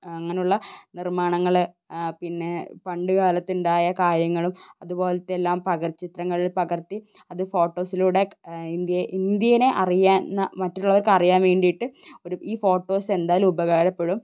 അങ്ങനെ ഉള്ള നിർമ്മാണങ്ങൾ പിന്നെ പണ്ടുകാലത്തുണ്ടായ കാര്യങ്ങളും അതുപോലത്തെ എല്ലാം പകൽ ചിത്രങ്ങളിൽ പകർത്തി അത് ഫോട്ടോസിലൂടെ ഇന്ത്യയെ ഇന്ത്യേനെ അറിയാൻ എന്നാണ് മറ്റുള്ളവർക്ക് അറിയാൻ വേണ്ടിയിട്ട് ഒരു ഈ ഫോട്ടോസ് എന്തായാലും ഉപകാരപ്പെടും